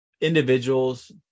individuals